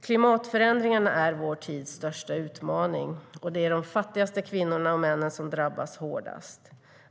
Klimatförändringarna är vår tids största utmaning, och det är de fattigaste kvinnorna och männen som drabbas hårdast.